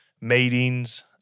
Meetings